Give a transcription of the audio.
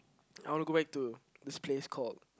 I want to go back to this place called